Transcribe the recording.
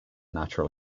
natural